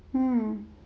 um